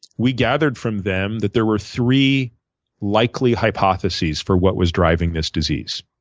we gathered from them that there were three likely hypotheses for what was driving this disease.